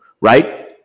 right